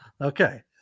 Okay